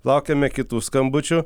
laukiame kitų skambučių